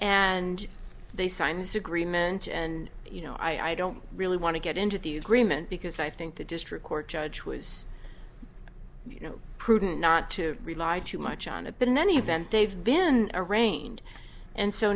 and they signs agreement and you know i don't really want to get into the agreement because i think the district court judge was you know prudent not to rely too much on it but in any event they've been arraigned and so